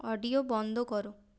audio বন্ধ করো